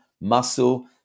muscle